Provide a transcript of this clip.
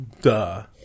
Duh